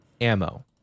ammo